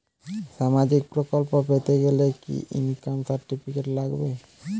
সামাজীক প্রকল্প পেতে গেলে কি ইনকাম সার্টিফিকেট লাগবে?